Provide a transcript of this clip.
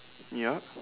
yup